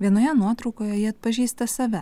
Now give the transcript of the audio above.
vienoje nuotraukoje ji atpažįsta save